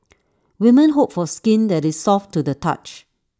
women hope for skin that is soft to the touch